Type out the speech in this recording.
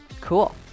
Cool